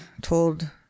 told